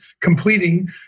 completing